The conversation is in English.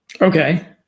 Okay